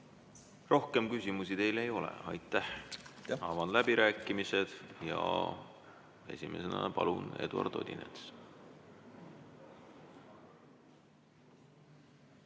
Rohkem küsimusi teile ei ole. Aitäh! Avan läbirääkimised ja esimesena, palun, Eduard Odinets.